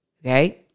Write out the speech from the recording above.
Okay